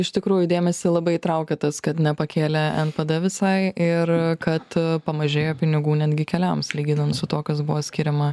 iš tikrųjų dėmesį labai traukia tas kad nepakėlė npd visai ir kad pamažėjo pinigų netgi keliams lyginant su tuo kas buvo skiriama